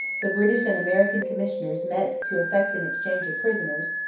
the british and american commissioners met to effect an exchange of prisoners,